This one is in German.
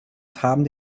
farben